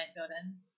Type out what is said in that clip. Jordan